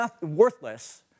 worthless